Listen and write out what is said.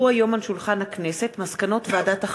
כי הונחו היום על שולחן הכנסת מסקנות ועדת החינוך,